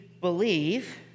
believe